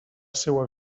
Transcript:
seua